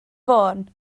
fôn